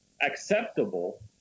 acceptable